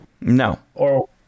No